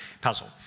puzzle